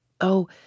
Oh